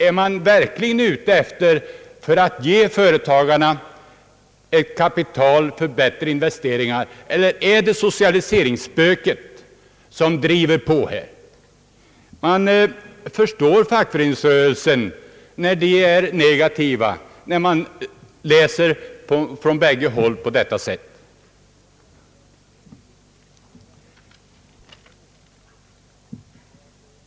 är man verkligen ute efter att ge företagarna ett kapital för ökade investeringar, eller är det socialiseringsspöket som här driver på? När man läser vad som sägs från bägge håll förstår man att fackföreningsrörelsen är negativ.